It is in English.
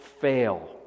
fail